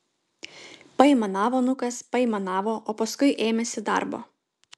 paaimanavo nukas paaimanavo o paskui ėmėsi darbo